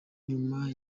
nyuma